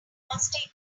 must